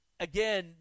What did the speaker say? Again